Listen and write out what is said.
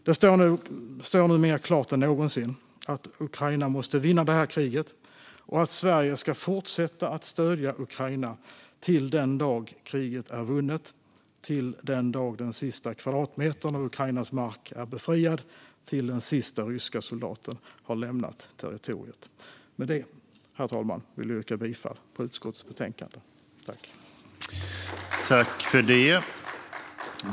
Det står nu mer klart än någonsin att Ukraina måste vinna detta krig och att Sverige ska fortsätta stödja Ukraina till den dag kriget är vunnet - till den dag den sista kvadratmetern av Ukrainas mark är befriad och den sista ryska soldaten har lämnat territoriet. Med det yrkar jag bifall till utskottets förslag, herr talman.